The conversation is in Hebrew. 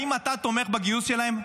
האם אתה תומך בגיוס שלהם?